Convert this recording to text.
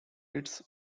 its